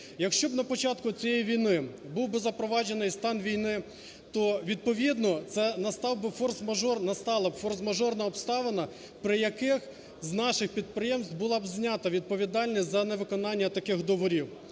Якщо би на початку цієї війни був би запроваджений стан війни, то відповідно це настав би форс-мажор, настала б форс-мажорна обставина, при яких з наших підприємств була б знята відповідальність за невиконання таких договорів.